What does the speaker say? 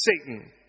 Satan